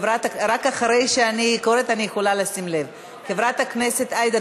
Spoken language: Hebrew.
רק אחרי שאני קוראת אני יכולה לשים לב: חברת הכנסת עאידה